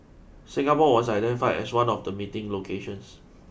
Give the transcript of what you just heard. Singapore was identified as one of the meeting locations